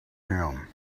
him